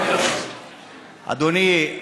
אדוני,